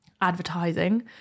Advertising